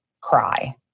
cry